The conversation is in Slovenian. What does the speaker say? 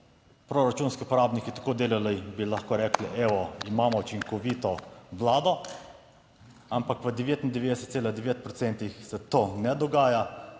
proračunski uporabniki tako delali, bi lahko rekli, evo, imamo učinkovito vlado. Ampak v 99,9 procentih se to ne dogaja,